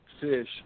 fish